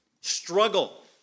struggle